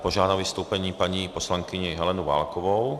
Požádám o vystoupení paní poslankyni Helenu Válkovou.